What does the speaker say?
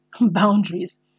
boundaries